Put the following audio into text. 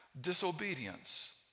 disobedience